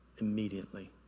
immediately